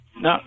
No